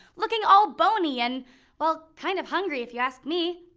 looking all boney and well. kind of hungry if you ask me.